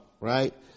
right